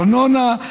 ארנונה,